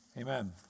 Amen